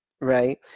right